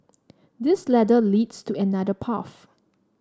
this ladder leads to another path